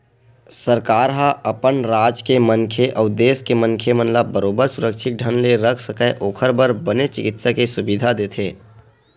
सरकार ह अपन राज के मनखे अउ देस के मनखे मन ला बरोबर सुरक्छित ढंग ले रख सकय ओखर बर बने चिकित्सा के सुबिधा देथे